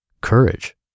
Courage